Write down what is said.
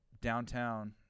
downtown